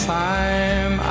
time